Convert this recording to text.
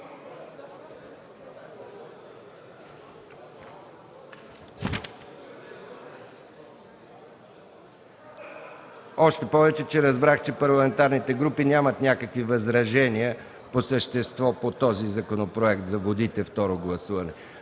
програма. Разбрах, че парламентарните групи нямат някакви възражения по същество по този законопроект на второ гласуване.